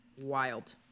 Wild